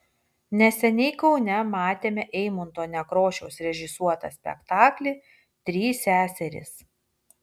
neseniai kaune matėme eimunto nekrošiaus režisuotą spektaklį trys seserys